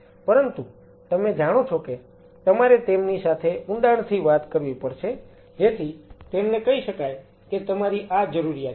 પરંતુ તમે જાણો છો કે તમારે તેમની સાથે ઊંડાણથી વાત કરવી પડશે જેથી તેમને કહી શકાય કે તમારી આ જરૂરિયાત છે